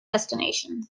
destination